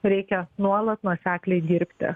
reikia nuolat nuosekliai dirbti